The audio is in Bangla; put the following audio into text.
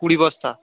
কুড়ি বস্তা